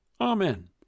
Amen